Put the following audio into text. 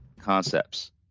concepts